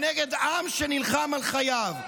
כנגד עם שנלחם על חייו.